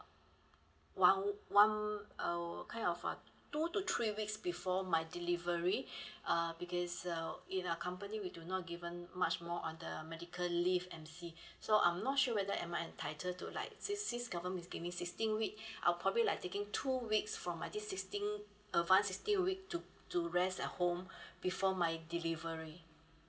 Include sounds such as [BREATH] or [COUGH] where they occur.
one one um what kind of uh two to three weeks before my delivery [BREATH] uh because the you know company we do not given much more on the medical leave M_C [BREATH] so I'm not sure whether am I entitled to like since since government is giving me sixteen week [BREATH] I'll probably like taking two weeks from my this sixteen advance sixteen week to to rest at home [BREATH] before my delivery